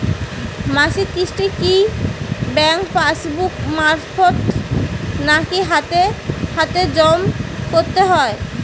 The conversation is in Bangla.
মাসিক কিস্তি কি ব্যাংক পাসবুক মারফত নাকি হাতে হাতেজম করতে হয়?